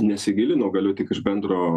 nesigilinau galiu tik iš bendro